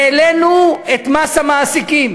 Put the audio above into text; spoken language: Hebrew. העלינו את מס המעסיקים.